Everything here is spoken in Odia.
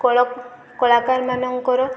କଳ କଳାକାରମାନଙ୍କର